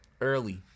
early